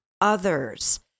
others